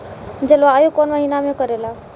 जलवायु कौन महीना में करेला?